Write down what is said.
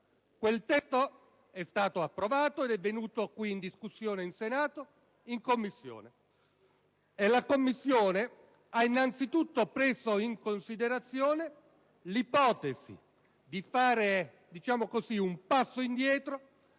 Quel testo è stato approvato ed è approdato in discussione in Senato, in Commissione. La Commissione ha preso innanzitutto in considerazione l'ipotesi di fare un passo indietro